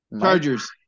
Chargers